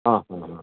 ആ ഹ്